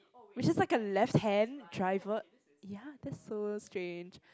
which is like a left hand driver ya that's so strange